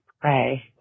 pray